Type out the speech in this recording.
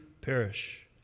perish